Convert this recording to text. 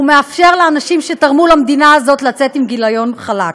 והוא מאפשר לאנשים שתרמו למדינה הזאת לצאת עם גיליון חלק.